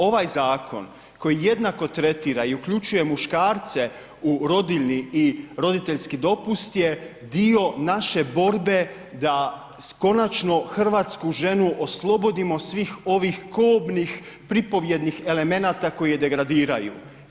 Ovaj zakon koji jednako tretira i uključuje muškarce u rodiljni i roditeljski dopust je dio naše borbe da konačno hrvatsku ženu oslobodimo svih ovih kobnih pripovjednih elemenata koje je degradiraju.